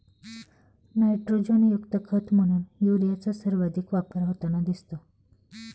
नायट्रोजनयुक्त खत म्हणून युरियाचा सर्वाधिक वापर होताना दिसतो